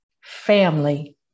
family